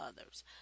others